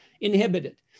inhibited